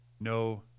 no